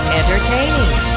entertaining